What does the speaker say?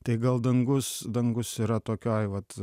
tai gal dangus dangus yra tokioj vat